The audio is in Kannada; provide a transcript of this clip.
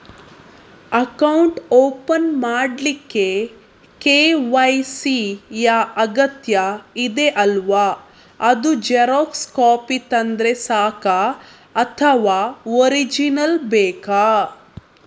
ಅಕೌಂಟ್ ಓಪನ್ ಮಾಡ್ಲಿಕ್ಕೆ ಕೆ.ವೈ.ಸಿ ಯಾ ಅಗತ್ಯ ಇದೆ ಅಲ್ವ ಅದು ಜೆರಾಕ್ಸ್ ಕಾಪಿ ತಂದ್ರೆ ಸಾಕ ಅಥವಾ ಒರಿಜಿನಲ್ ಬೇಕಾ?